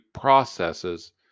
processes